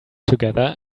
together